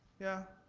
yeah,